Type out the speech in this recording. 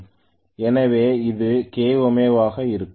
எனவே இது kφ ஆக இருக்கும்